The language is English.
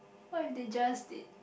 what if they just did